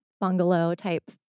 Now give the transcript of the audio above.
bungalow-type